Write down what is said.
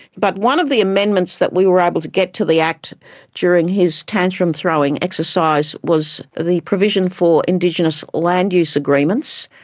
but one of the amendments that we were able to get to the act during his tantrum throwing exercise was the provision for indigenous land use agreements.